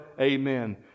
Amen